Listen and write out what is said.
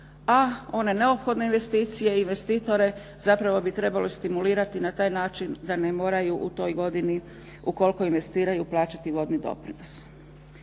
a one neophodne investicije i investitore zapravo bi trebalo stimulirati na taj način da ne moraju u toj godini ukoliko investiraju plaćati vodni doprinos.